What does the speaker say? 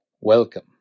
Welcome